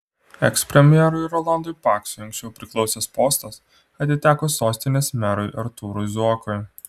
ekspremjerui rolandui paksui anksčiau priklausęs postas atiteko sostinės merui artūrui zuokui